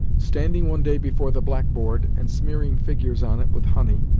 standing one day before the blackboard and smearing figures on it with honey,